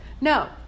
No